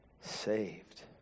Saved